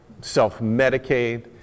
self-medicate